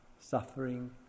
suffering